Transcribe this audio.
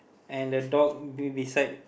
and the dog be beside